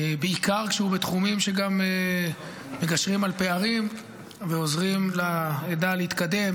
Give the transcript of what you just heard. בעיקר בתחומים שגם מגשרים על פערים ועוזרים לעדה להתקדם,